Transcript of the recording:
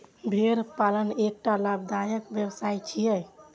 भेड़ पालन एकटा लाभदायक व्यवसाय छियै